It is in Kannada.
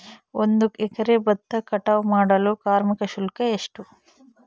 ಒಂದು ಎಕರೆ ಭತ್ತ ಕಟಾವ್ ಮಾಡಲು ಕಾರ್ಮಿಕ ಶುಲ್ಕ ಎಷ್ಟು?